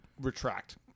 retract